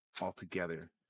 altogether